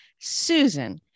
Susan